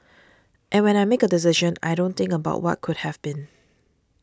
and when I make a decision I don't think about what could have been